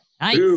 Nice